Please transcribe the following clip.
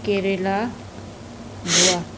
Kerala Goa